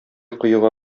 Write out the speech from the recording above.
коега